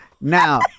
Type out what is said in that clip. Now